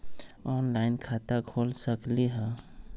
Online खाता खोल सकलीह?